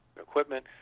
equipment